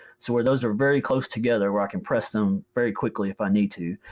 so where those are very close together where i can press them very quickly if i need to.